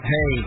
Hey